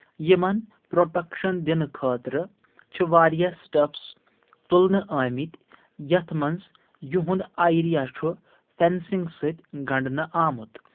یِمن پروٹکشن دِنہٕ خٲطرٕ چھِ واریاہ سٹیپس تُلنہٕ آمٕتۍ یتھ منٛز یُہُنٛد ایریا چھُ فینسِنٛگ سۭتۍ گنٛڈنہٕ آمُت